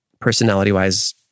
personality-wise